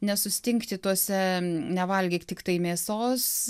nesustingti tose nevalgyk tiktai mėsos